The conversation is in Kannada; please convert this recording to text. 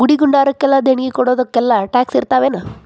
ಗುಡಿ ಗುಂಡಾರಕ್ಕ ದೇಣ್ಗಿ ಕೊಡೊದಕ್ಕೆಲ್ಲಾ ಟ್ಯಾಕ್ಸ್ ಇರ್ತಾವೆನು?